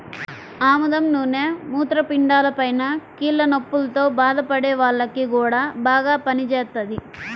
ఆముదం నూనె మూత్రపిండాలపైన, కీళ్ల నొప్పుల్తో బాధపడే వాల్లకి గూడా బాగా పనిజేత్తది